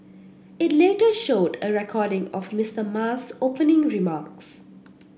it later showed a recording of Mister Ma's opening remarks